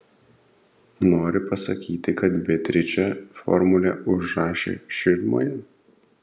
nori pasakyti kad beatričė formulę užrašė širmoje